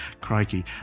Crikey